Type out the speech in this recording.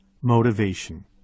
Motivation